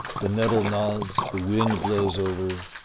the nettle nods, the wind blows over,